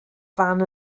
fan